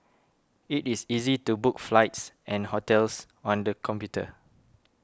it is easy to book flights and hotels on the computer